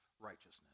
Righteousness